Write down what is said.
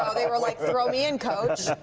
ah they were like, throw me in, coach.